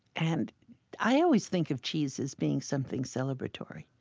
and i always think of cheese as being something celebratory.